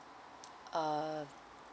err